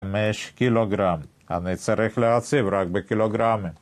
5 קילוגרם, אני צריך להציב רק בקילוגרמים